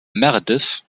meredith